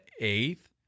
eighth